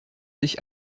sich